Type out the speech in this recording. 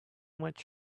much